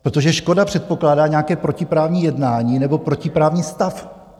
Protože škoda předpokládá nějaké protiprávní jednání nebo protiprávní stav.